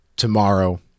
tomorrow